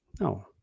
no